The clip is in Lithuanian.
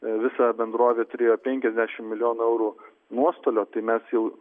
visa bendrovė turėjo penkiasdešimt milijonų eurų nuostolio tai mes jau